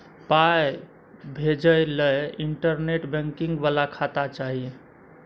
पाय भेजय लए इंटरनेट बैंकिंग बला खाता चाही